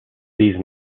these